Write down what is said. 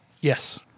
Yes